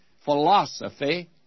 philosophy